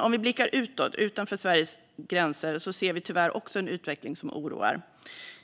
Om vi blickar utåt, utanför Sveriges gränser, ser vi tyvärr en utveckling som oroar.